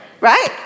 Right